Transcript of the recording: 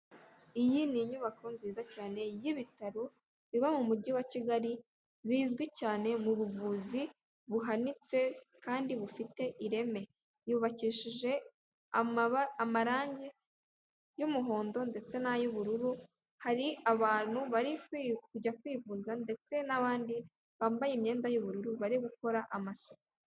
Iyi ni inyubako nziza cyane y'ibitaro biba mu mujyi wa Kigali, bizwi cyane mu buvuzi buhanitse kandi bufite ireme. Yubakishije amaba amarangi y'umuhondo ndetse n'ay'ubururu, hari abantu bari kujya kwivuza ndetse n'abandi bambaye imyenda y'ubururu bari gukora amasuku.